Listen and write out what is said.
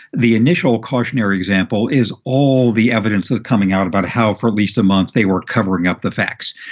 the initial cautionary example is all the evidence is coming out about how for at least a month they were covering up the facts.